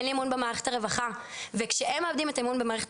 אין לי אמון במערכת הרווחה וכשהם מאבדים את האמון במערכת